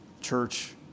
church